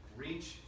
reach